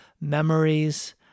memories